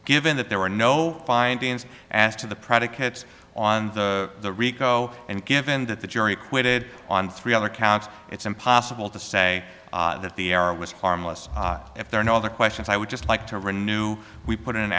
given that there were no findings as to the predicate on the rico and given that the jury acquitted on three other counts it's impossible to say that the error was harmless if there are no other questions i would just like to renew we put in an